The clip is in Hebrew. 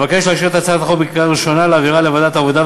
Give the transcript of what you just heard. אבקש לאשר את הצעת החוק בקריאה ראשונה ולהעבירה לוועדת העבודה,